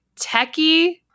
techie